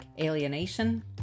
alienation